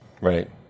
Right